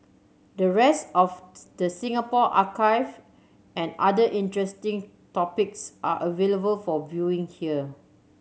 the rest of the Singapore archive and other interesting topics are available for viewing here